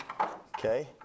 okay